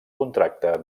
contracte